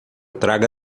traga